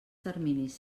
terminis